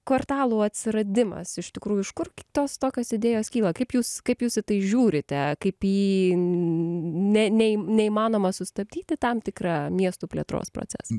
kvartalų atsiradimas iš tikrųjų iš kur tos tokios idėjos kyla kaip jūs kaip jūs į tai žiūrite kaip į ne nei neįmanoma sustabdyti tam tikra miestų plėtros procesą